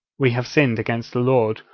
we have sinned against the lord,